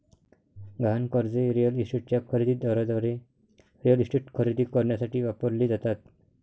गहाण कर्जे रिअल इस्टेटच्या खरेदी दाराद्वारे रिअल इस्टेट खरेदी करण्यासाठी वापरली जातात